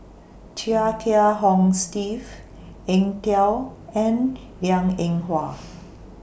Chia Kiah Hong Steve Eng Tow and Liang Eng Hwa